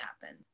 happen